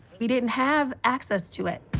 we didn't have access to it.